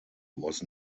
was